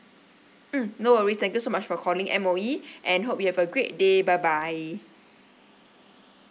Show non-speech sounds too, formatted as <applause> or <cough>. mm no worries thank you so much for calling M_O_E <breath> and hope you have a great day bye bye